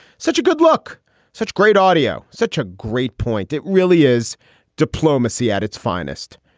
such a good look such great audio. such a great point. it really is diplomacy at its finest.